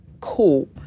Cool